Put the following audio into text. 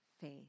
faith